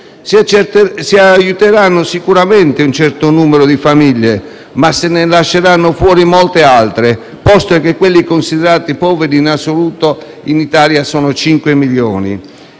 Si aiuteranno sicuramente un certo numero di famiglie, ma se ne lasceranno fuori molte altre, posto che le persone considerate povere in assoluto in Italia sono 5 milioni.